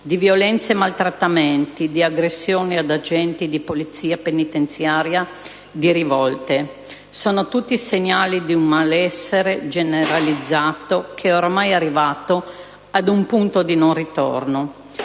di violenze e maltrattamenti, di aggressioni ad agenti di polizia penitenziaria, di rivolte. Sono tutti segnali di un malessere generalizzato che è oramai arrivato ad un punto di non ritorno.